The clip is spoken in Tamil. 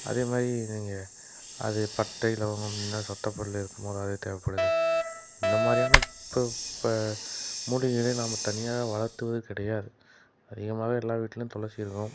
அதேமாதிரி நீங்கள் அது பட்டை லவங்கம் சொத்த பல்லு இருக்கும்போது அது தேவைப்படுது இந்த மாதிரியான இப்போ இப்போ மூலிகைகளை நாம தனியாக வளர்த்துவது கிடையாது அதிகமாக எல்லா வீட்டிலும் துளசி இருக்கும்